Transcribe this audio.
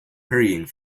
hurrying